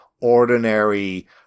ordinary